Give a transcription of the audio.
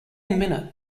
minute